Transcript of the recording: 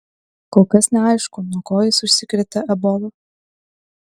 kol kas neaišku nuo ko jis užsikrėtė ebola